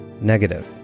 negative